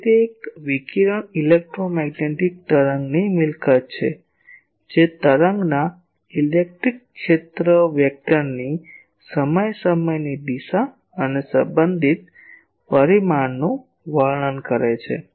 તેથી તે એક વિકિરણ ઇલેક્ટ્રોમેગ્નેટિક તરંગની મિલકત છે જે તરંગના ઇલેક્ટ્રિક ક્ષેત્ર સદિશની સમય સમયની દિશા અને સંબંધિત પરિમાણનું વર્ણન કરે છે